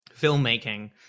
filmmaking